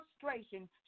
frustration